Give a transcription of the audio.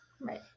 Right